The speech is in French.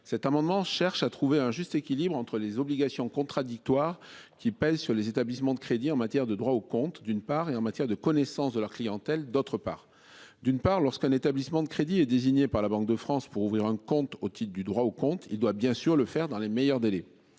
cet amendement cherche à trouver un juste équilibre entre les obligations contradictoires qui pèse sur les établissements de crédit en matière de droit au compte d'une part et en matière de connaissance de leur clientèle. D'autre part, d'une part, lorsqu'un établissement de crédit est désigné par la Banque de France pour ouvrir un compte au titre du droit au compte. Il doit bien sûr le faire dans les meilleurs délais.